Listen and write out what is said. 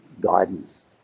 guidance